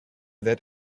that